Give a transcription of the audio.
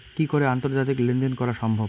কি করে আন্তর্জাতিক লেনদেন করা সম্ভব?